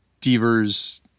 Devers